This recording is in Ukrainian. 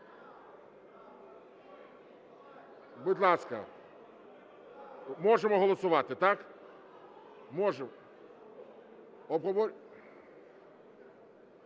Будь ласка. Можемо голосувати, так? Добре.